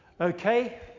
Okay